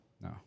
No